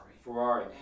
Ferrari